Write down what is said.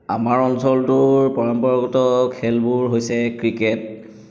আমাৰ অঞ্চলটোৰ পৰম্পৰাগত খেলবোৰ হৈছে ক্ৰিকেট